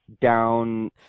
down